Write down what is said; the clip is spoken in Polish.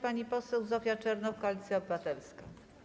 Pani poseł Zofia Czernow, Koalicja Obywatelska.